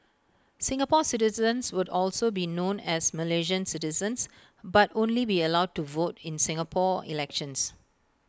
Singapore citizens would also be known as Malaysian citizens but only be allowed to vote in Singapore elections